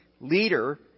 leader